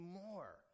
more